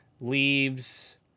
leaves